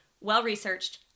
well-researched